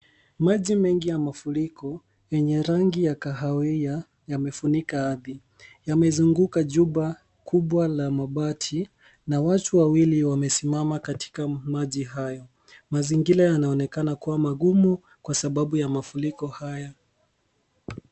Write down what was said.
Maji mengi ya mafuriko yenye rangi ya kahawia, yamefunika ardhi. Yamezunguka jumba kubwa la mabati, na watu wawili wamesimama katika maji hayo. Mazingira yanaonekana kua magumu ,kwa sababu ya mafuriko haya.